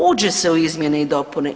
Uđe se u izmjene i dopune.